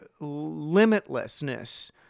limitlessness